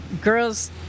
girls